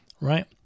right